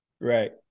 Right